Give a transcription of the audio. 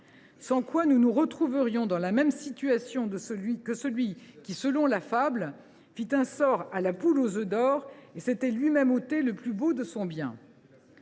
sans quoi nous nous retrouverions dans la situation de celui qui, selon la fable, en faisant un sort à la poule aux œufs d’or, s’était “lui même ôté le plus beau de son bien”.